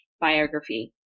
biography